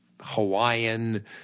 Hawaiian